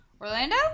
Orlando